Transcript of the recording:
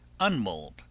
unmold